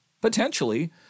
Potentially